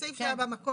סעיף שהיה במקור,